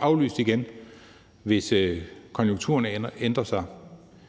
aflyst igen, hvis konjunkturerne ændrer sig.